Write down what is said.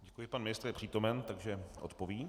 Děkuji, pan ministr je přítomen, takže odpoví.